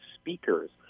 speakers